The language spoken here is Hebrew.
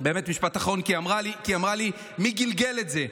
באמת משפט אחרון, כי היא אמרה לי: מי גלגל את זה?